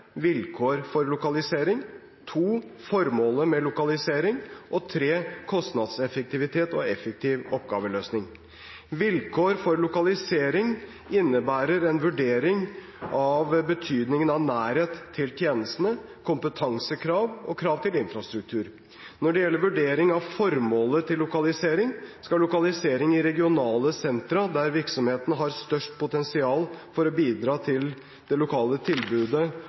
vilkår for lokalisering, formålet med lokalisering og kostnadseffektivitet og effektiv oppgaveløsning. Vilkår for lokalisering innebærer en vurdering av betydningen av nærhet til tjenestene, kompetansekrav og krav til infrastruktur. Når det gjelder vurdering av formålet til lokalisering, skal lokalisering i regionale sentra der virksomheten har størst potensial for å bidra til det lokale tilbudet